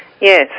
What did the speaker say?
Yes